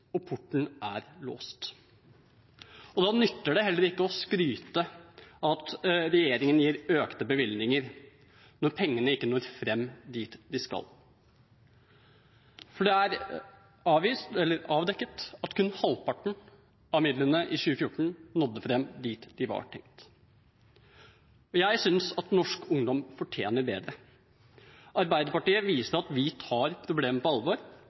porten er låst. Da nytter det heller ikke å skryte av at regjeringen gir økte bevilgninger, når pengene ikke når fram dit de skal, for det er avdekket at kun halvparten av midlene i 2014 nådde fram dit de var tenkt. Jeg synes at norsk ungdom fortjener bedre. Arbeiderpartiet viser at vi tar problemet på alvor.